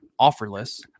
offerless